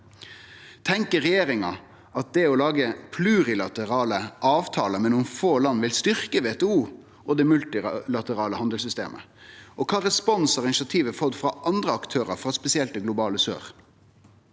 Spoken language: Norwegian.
Tenkjer regjeringa at å lage plurilaterale avtalar med nokre få land vil styrkje WTO og det multilaterale handelssystemet? Og kva respons har initiativet fått frå andre aktørar, spesielt frå det globale sør?